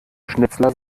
schnitzler